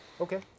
Okay